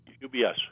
UBS